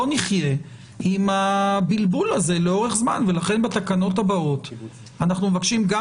לא נחיה עם הבלבול הזה לאורך זמן ולכן בתקנות הבאות אנחנו מבקשים גם